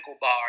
bar